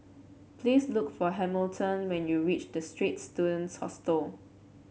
please look for Hamilton when you reach The Straits Students Hostel